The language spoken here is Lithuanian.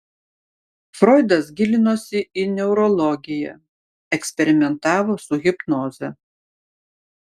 froidas gilinosi į neurologiją eksperimentavo su hipnoze